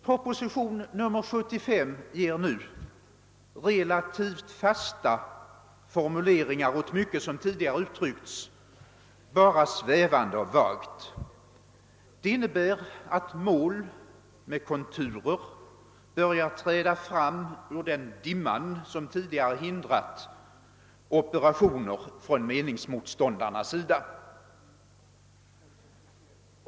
Propositionen nr 75 ger nu relativt fasta formuleringar åt mycket som tidigare uttryckts bara svävande och vagt. Det innebär att mål med konturer börjat träda fram ur den dimma som tidigare hindrat operationer från meningsmotståndarnas sida.